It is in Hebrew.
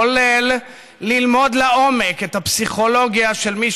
כולל ללמוד לעומק את הפסיכולוגיה של מי